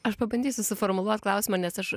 aš pabandysiu suformuluot klausimą nes aš